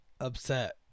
upset